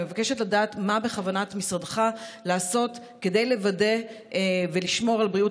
אני מבקשת לדעת: מה בכוונת משרדך לעשות כדי להבטיח את בריאות